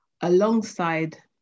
alongside